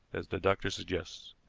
as the doctor suggests.